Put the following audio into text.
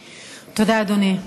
תודה, אדוני.